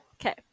okay